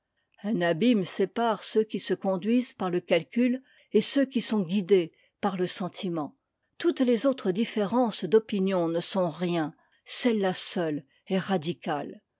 un abîme sépare ceux qui se conduisent par le calcul et ceux qui sont guidés par le sentiment toutes les autres différences d'opinion ne sont rien celle-là seule est radicale